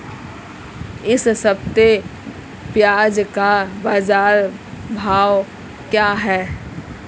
इस हफ्ते प्याज़ का बाज़ार भाव क्या है?